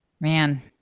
Man